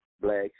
Black